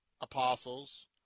apostles